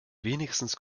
wenigstens